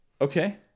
okay